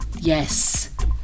Yes